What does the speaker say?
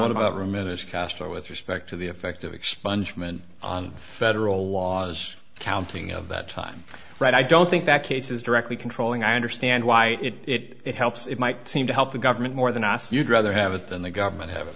ruminative castro with respect to the effect of expungement on federal laws counting of that time right i don't think that cases directly controlling i understand why it helps it might seem to help the government more than ask you'd rather have it than the government have it